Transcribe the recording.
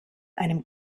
einem